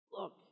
Look